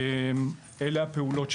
אלה הפעולות שביצענו.